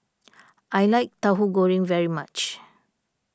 I like Tauhu Goreng very much